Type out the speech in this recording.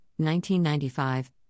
1995